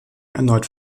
erneut